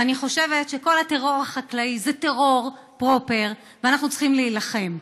אני חושבת שכל הטרור החקלאי זה טרור פרופר ואנחנו צריכים להילחם.